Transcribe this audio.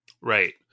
Right